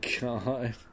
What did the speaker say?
God